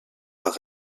par